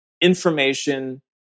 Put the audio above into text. information